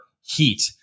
heat